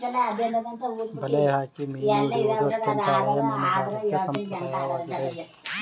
ಬಲೆ ಹಾಕಿ ಮೀನು ಹಿಡಿಯುವುದು ಅತ್ಯಂತ ಹಳೆಯ ಮೀನುಗಾರಿಕೆ ಸಂಪ್ರದಾಯವಾಗಿದೆ